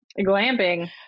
Glamping